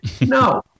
No